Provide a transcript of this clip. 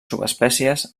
subespècies